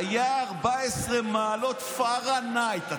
היו 14 מעלות פרנהייט.